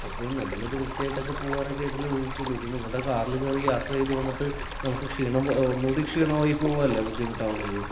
അപ്പോൾ നമ്മളൊരു വൃത്തിയായിട്ടൊക്കെ പോകാനൊക്കെയായിട്ടല്ലെ വിളിക്കുകയുള്ളൂ ഇത് നിങ്ങളുടെ കാറിൽ കയറി യാത്ര ചെയ്ത് വന്നിട്ട് നമുക്ക് ക്ഷീണം ഒന്നു കൂടി ക്ഷീണമായി പോവുകയല്ലേ ബുദ്ധിമുട്ടാകുന്നത്